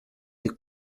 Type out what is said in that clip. est